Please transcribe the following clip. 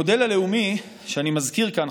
המודל הלאומי שאני מזכיר כאן,